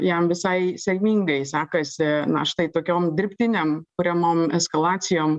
jam visai sėkmingai sekasi na štai tokiom dirbtinėm kuriamom eskalacijom